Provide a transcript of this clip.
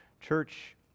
Church